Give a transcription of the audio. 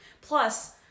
Plus